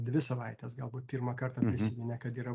dvi savaites galbūt pirmą kartą prisiminė kad yra